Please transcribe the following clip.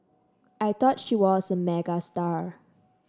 I thought she was a megastar